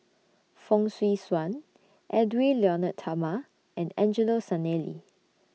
Fong Swee Suan Edwy Lyonet Talma and Angelo Sanelli